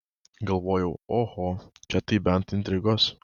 galvojau oho čia tai bent intrigos